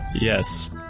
Yes